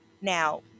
Now